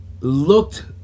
looked